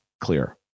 clear